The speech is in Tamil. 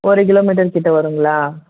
ஒரு கிலோமீட்டர் கிட்ட வருங்களா